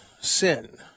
sin